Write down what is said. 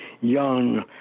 young